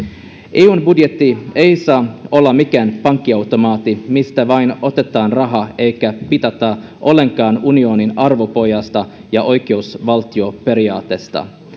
eun budjetti ei saa olla mikään pankkiautomaatti mistä vain otetaan rahaa eikä piitata ollenkaan unionin arvopohjasta ja oikeusvaltioperiaatteesta